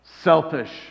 Selfish